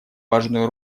важную